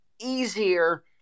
easier